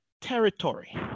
territory